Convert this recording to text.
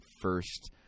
first